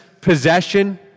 possession